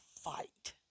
fight